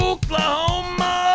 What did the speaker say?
Oklahoma